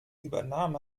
übernahm